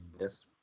Yes